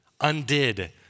undid